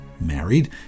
married